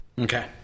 Okay